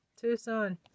Tucson